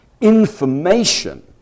Information